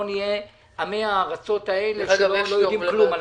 נהיה עמי הארצות האלה שלא יודעים כלום,